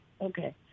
Okay